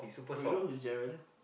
bro you know who is Gerald